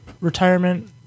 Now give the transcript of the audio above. retirement